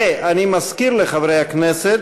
אני מזכיר לחברי הכנסת